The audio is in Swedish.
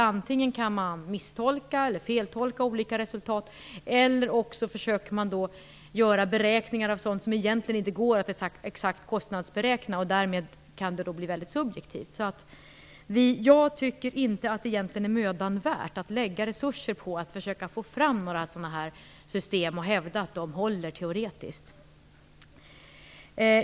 Antingen kan man misstolka eller feltolka olika resultat eller så försöker man att göra beräkningar av sådant som egentligen inte går att exakt kostnadsberäkna. Därmed kan det bli väldigt subjektivt. Det är egentligen inte mödan värt att lägga resurser på att försöka få fram några sådana system och hävda att de håller teoretiskt.